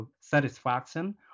satisfaction